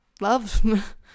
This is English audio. love